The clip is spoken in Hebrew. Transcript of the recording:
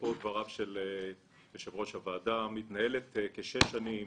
אפרופו דבריו של יושב-ראש הוועדה, מתנהלת כשש שנים